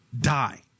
Die